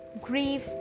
grief